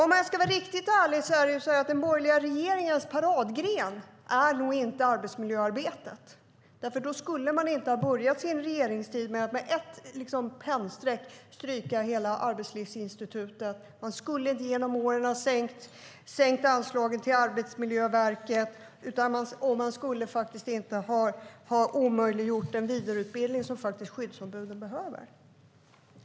Om jag ska vara riktigt ärlig är nog inte arbetsmiljöarbetet den borgerliga regeringens paradgren, för då skulle man inte ha börjat sin regeringstid med att med ett pennstreck stryka hela Arbetslivsinstitutet. Man skulle genom åren inte ha sänkt anslagen till Arbetsmiljöverket. Man skulle inte ha omöjliggjort den vidareutbildning som skyddsombuden behöver.